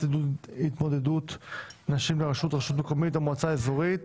עידוד התמודדות נשים לראשות רשות מקומית או מועצה אזורית),